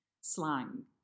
slang